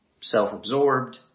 self-absorbed